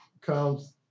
comes